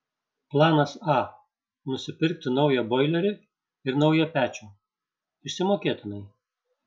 planas a nusipirkti naują boilerį ir naują pečių išsimokėtinai